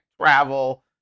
travel